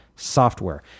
software